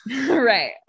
Right